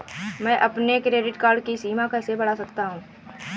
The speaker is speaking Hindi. मैं अपने क्रेडिट कार्ड की सीमा कैसे बढ़ा सकता हूँ?